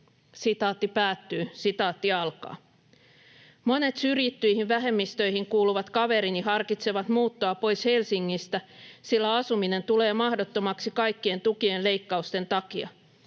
joten tilanne on epäreilu.” ”Monet syrjittyihin vähemmistöihin kuuluvat kaverini harkitsevat muuttoa pois Helsingistä, sillä asuminen tulee mahdottomaksi kaikkien tukien leikkausten takia.